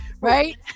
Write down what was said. right